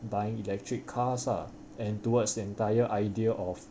buying electric cars lah and towards the entire idea of